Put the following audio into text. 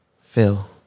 Phil